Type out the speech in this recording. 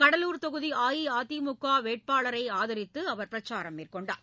கடலூர் தொகுதி அஇஅதிமுக கூட்டணி வேட்பாளரை ஆதரித்து அவர் பிரச்சாரம் மேற்கொண்டார்